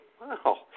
Wow